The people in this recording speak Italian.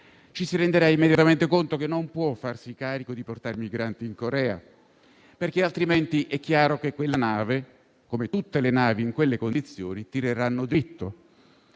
si renderà immediatamente conto che non può farsi carico di portare i migranti in Corea, altrimenti è chiaro che quella nave, come tutte le navi in quelle condizioni, tirerà dritto.